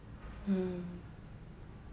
mm